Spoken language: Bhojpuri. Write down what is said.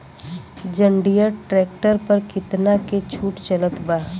जंडियर ट्रैक्टर पर कितना के छूट चलत बा?